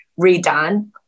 redone